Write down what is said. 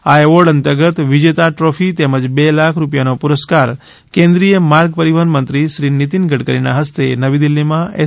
આ એવોર્ડ અંતર્ગત વિજેતા ટ્રોફી તેમજ બે લાખ રૂપિયા નો પુરસ્કાર કેન્દ્રીય માર્ગ પરિવહન મંત્રી શ્રી નીતિન ગડકરીના હસ્તે નવી દિલ્હીમાં એસ